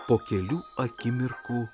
po kelių akimirkų